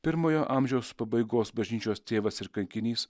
pirmojo amžiaus pabaigos bažnyčios tėvas ir kankinys